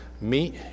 meet